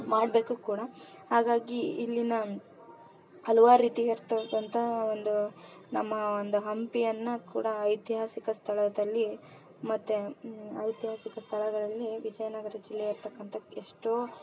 ಮಾಡಬೇಕು ಕೂಡ ಹಾಗಾಗಿ ಇಲ್ಲಿನ ಹಲ್ವಾರು ರೀತಿ ಇರ್ತಕ್ಕಂಥ ಒಂದು ನಮ್ಮ ಒಂದು ಹಂಪಿಯನ್ನ ಕೂಡ ಐತಿಹಾಸಿಕ ಸ್ಥಳದಲ್ಲಿ ಮತ್ತು ಐತಿಹಾಸಿಕ ಸ್ಥಳಗಳಲ್ಲಿ ವಿಜಯನಗರ ಜಿಲ್ಲೆ ಇರ್ತಕ್ಕಂಥ ಎಷ್ಟೋ